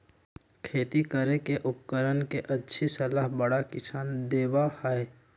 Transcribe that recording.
खेती करे के उपकरण के अच्छी सलाह बड़ा किसान देबा हई